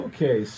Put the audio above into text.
Okay